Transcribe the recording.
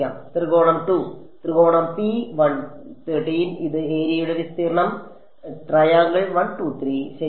ത്രികോണം 2 ത്രികോണം ഇത് ഏരിയയുടെ വിസ്തീർണ്ണം ശരിയാണ്